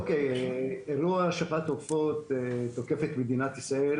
אירוע שפעת העופות תוקף את מדינת ישראל